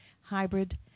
hybrid